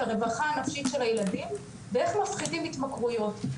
את הרווחה הנפשית של הילדים ואיך מפחיתים התמכרויות.